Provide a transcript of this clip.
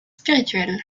spirituels